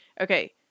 Okay